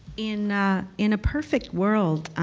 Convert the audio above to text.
in in a perfect world,